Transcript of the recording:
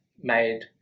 made